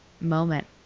moment